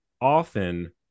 often